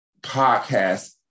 podcast